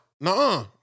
nah